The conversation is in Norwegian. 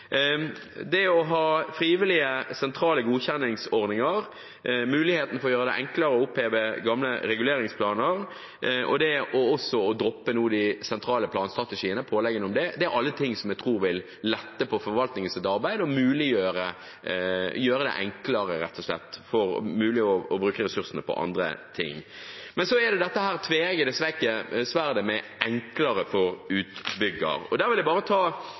Det å ha frivillige, sentrale godkjenningsordninger, muligheten for å gjøre det enklere å oppheve gamle reguleringsplaner, og også det å droppe påleggene om de sentrale planstrategiene, er alle ting som jeg tror vil lette forvaltningens arbeid og gjøre det mulig å bruke ressursene på andre ting. Men så er det dette tveeggede sverdet ved at det skal være enklere for utbyggeren. Jeg vet ikke om alle her har sittet i et bygningsråd, men det har jeg. Det var der jeg begynte som politiker, første gang jeg